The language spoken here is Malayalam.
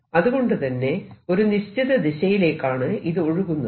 അതുകൊണ്ടുതന്നെ ഒരു നിശ്ചിത ദിശയിലേക്കാണ് ഇത് ഒഴുകുന്നത്